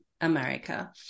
America